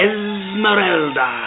Esmeralda